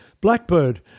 Blackbird